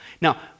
Now